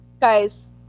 Guys